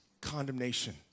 condemnation